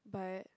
but